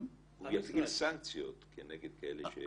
הוא יפעיל סנקציות כנגד כאלה ---?